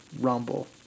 Rumble